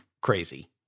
crazy